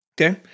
Okay